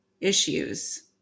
issues